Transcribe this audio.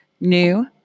New